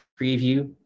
preview